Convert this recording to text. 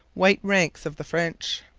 white ranks of the french,